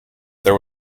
there